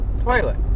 toilet